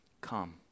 come